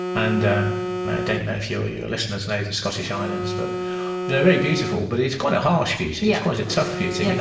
and um and i don't know if your your listeners know the scottish islands, but they're very beautiful, but it's quite a harsh beauty it's yeah quite a tough beauty. and